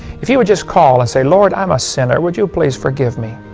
if you would just call and say, lord, i'm a sinner. would you please forgive me?